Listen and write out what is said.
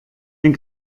ein